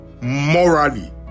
morally